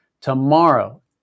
tomorrow